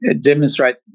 demonstrate